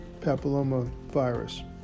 papillomavirus